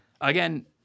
again